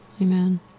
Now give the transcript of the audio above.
Amen